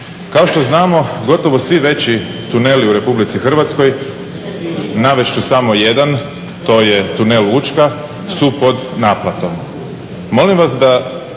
Kao što znamo gotovo svi veći tuneli u RH, navest ću samo jedan, tunel Učka su pod naplatom.